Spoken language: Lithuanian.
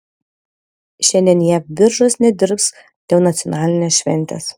šiandien jav biržos nedirbs dėl nacionalinės šventės